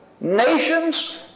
Nations